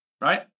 right